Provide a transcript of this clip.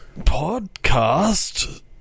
Podcast